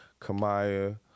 Kamaya